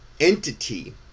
entity